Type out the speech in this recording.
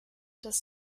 das